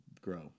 grow